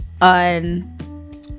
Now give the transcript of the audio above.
on